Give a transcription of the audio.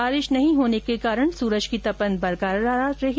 बारिश नहीं होने के कारण सूरज की तपन बरकरार रही